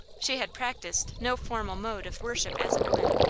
she had practised no formal mode of worship as a woman.